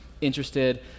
interested